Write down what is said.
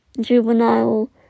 Juvenile